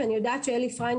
ואני יודעת שאלי פריינד,